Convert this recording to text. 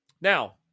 Now